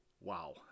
Wow